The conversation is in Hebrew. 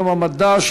יום המדע,